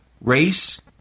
race